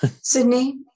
Sydney